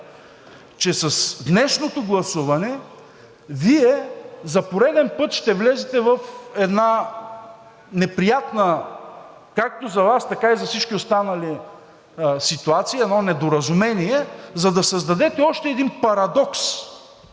че с днешното гласуване Вие за пореден път ще влезете в една неприятна както за Вас, така и за всички останали ситуация – едно недоразумение, за да създадете още един парадокс,